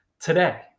today